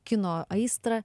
kino aistrą